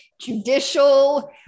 judicial